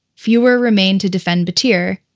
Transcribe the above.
fewer remained to defend battir.